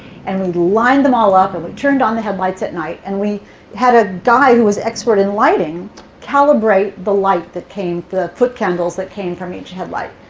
and we lined them all up and we turned on the headlights at night. and we had a guy who was an expert in lighting calibrate the light that came, the foot candles that came from each headlight.